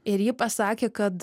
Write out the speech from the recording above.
ir ji pasakė kad